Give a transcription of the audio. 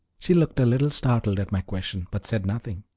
she looked a little startled at my question, but said nothing.